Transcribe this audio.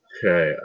Okay